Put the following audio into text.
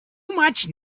much